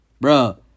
Bro